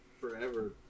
forever